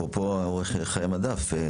אפרופו אורך חיי מדף,